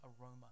aroma